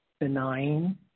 denying